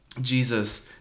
Jesus